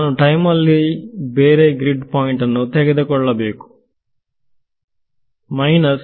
ನಾನು ಟೈಮ್ನಲ್ಲಿ ಬೇರೆ ಗ್ರಿಡ್ ಪಾಯಿಂಟನ್ನು ತೆಗೆದುಕೊಳ್ಳಬೇಕು ಮೈನಸ್